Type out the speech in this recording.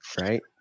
right